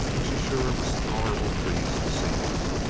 and she sure was tolerable pleased to see him.